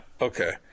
Okay